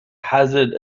hazard